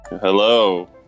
Hello